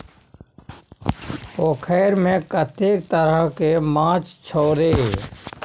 पोखैरमे कतेक तरहके माछ छौ रे?